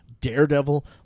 Daredevil